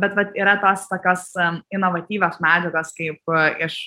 bet vat yra tos tokios inovatyvios medžiagos kaip iš